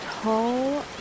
tall